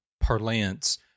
parlance